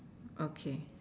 okay